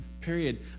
period